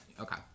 Okay